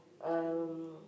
um